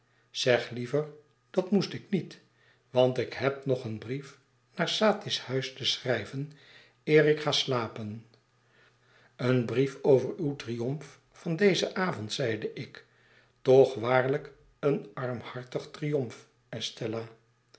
zeg liever dat moest ik niet want ik heb nog een brief naar satis huis te schrijven eer ik ga slapen een brief over uw triomf van dezen avond zeide ik toch waarlijk een armhartige triomf estella